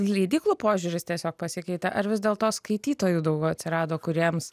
leidyklų požiūris tiesiog pasikeitė ar vis dėl to skaitytojų daugiau atsirado kuriems